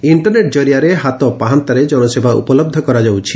internet ଜରିଆରେ ହାତ ପାହାନ୍ତାରେ ଜନସେବା ଉପଲହ କରାଯାଉଛି